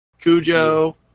Cujo